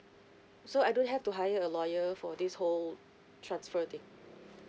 so I don't have to hire a lawyer for this whole transfer thing